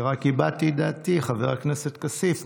אני רק הבעתי את דעתי, חבר הכנסת כסיף.